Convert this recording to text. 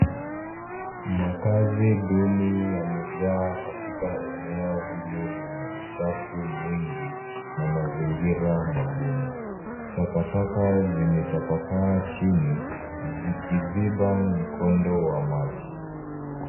Makazi duni yamejaa katika eneo hili lenye uchafu mwingi na mazingira magumu. Takataka zimetapakaa chini zikiziba mkondo wa maji.